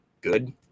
good